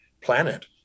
planet